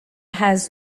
has